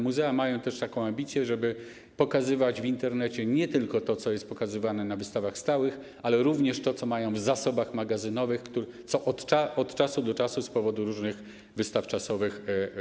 Muzea mają taką ambicję, żeby pokazywać w Internecie nie tylko to, co jest pokazywane na wystawach stałych, ale również to, co mają w zasobach magazynowych, co jest pokazywane od czasu do czasu z okazji różnych wystaw czasowych.